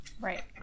Right